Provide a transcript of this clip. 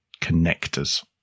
connectors